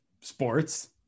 sports